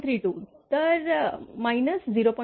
32 तर 0